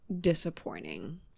disappointing